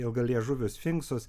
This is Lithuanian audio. ilgaliežuvius sfinksus